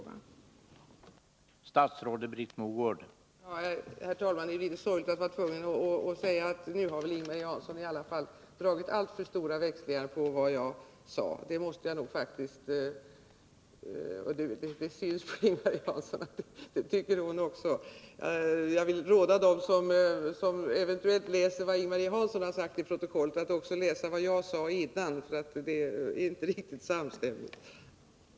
Fredagen den